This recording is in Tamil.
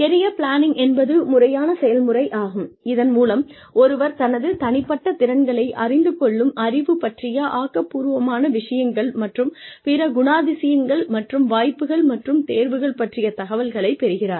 கெரியர் ப்லான்னிங் என்பது முறையான செயல்முறையாகும் இதன் மூலம் ஒருவர் தனது தனிப்பட்ட திறன்களை அறிந்து கொள்ளும் அறிவு பற்றிய ஆக்கப்பூர்வமான விஷயங்கள் மற்றும் பிற குணாதிசயங்கள் மற்றும் வாய்ப்புகள் மற்றும் தேர்வுகள் பற்றிய தகவல்களை பெறுகிறார்